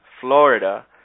Florida